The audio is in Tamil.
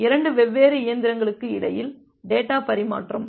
2 வெவ்வேறு இயந்திரங்களுக்கு இடையில் டேட்டா பரிமாற்றம்